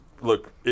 look